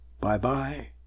Bye-bye